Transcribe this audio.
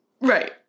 Right